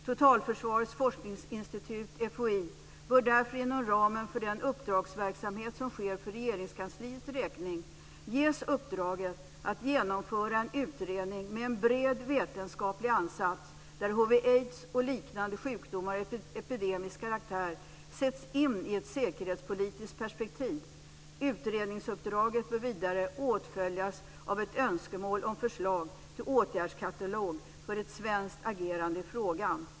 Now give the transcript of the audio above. Totalförsvarets forskningsinstitut, FOI, bör därför inom ramen för den uppdragsverksamhet som sker för Regeringskansliets räkning ges uppdraget att genomföra en utredning med en bred vetenskaplig ansats, där hiv/aids och liknande sjukdomar av epidemisk karaktär sätts in i ett säkerhetspolitiskt perspektiv. Utredningsuppdraget bör vidare åtföljas av ett önskemål om förslag till åtgärdskatalog för ett svenskt agerande i frågan.